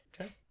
Okay